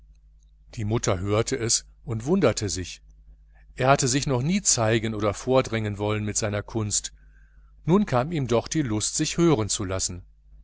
die mutter hörte es und wunderte sich er hatte sich noch nie zeigen oder vordrängen wollen mit seiner kunst nun kam ihm doch die lust sich hören zu lassen